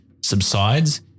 subsides